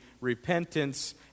repentance